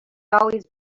always